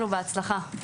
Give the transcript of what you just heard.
בהצלחה שיהיה לנו.